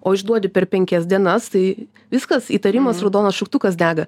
o išduodi per penkias dienas tai viskas įtarimas raudonas šauktukas dega